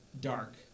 dark